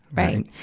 right.